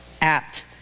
apt